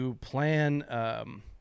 plan